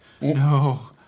No